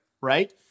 Right